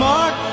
Mark